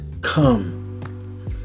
come